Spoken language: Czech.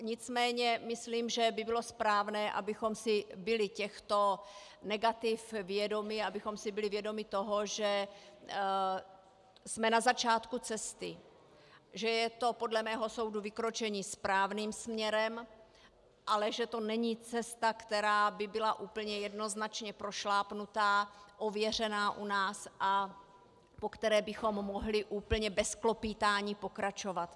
Nicméně si myslím, že by bylo správné, abychom si byli těchto negativ vědomi, abychom si byli vědomi toho, že jsme na začátku cesty, že je to podle mého soudu vykročení správným směrem, ale že to není cesta, která by byla jednoznačně prošlápnutá, ověřená u nás a po které bychom mohli úplně bez klopýtání pokračovat.